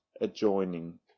adjoining